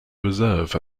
reserve